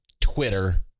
Twitter